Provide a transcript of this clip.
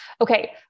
Okay